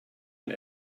and